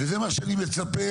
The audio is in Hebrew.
וזה מה שאני מצפה,